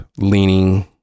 leaning